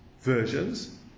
versions